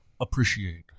appreciate